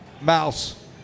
mouse